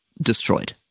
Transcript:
destroyed